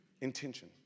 intention